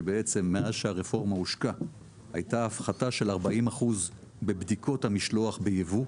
שבעצם מאז שהרפורמה הושקה הייתה הפחתה של 40% בבדיקות המשלוח בייבוא,